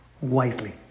wisely